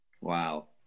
Wow